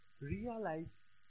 realize